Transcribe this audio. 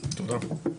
אחורה.